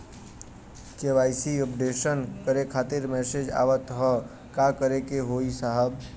KYC updation करें खातिर message आवत ह का करे के होई साहब?